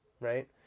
right